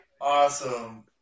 awesome